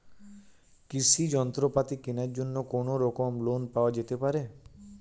কৃষিযন্ত্রপাতি কেনার জন্য কোনোরকম লোন পাওয়া যেতে পারে?